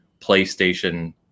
PlayStation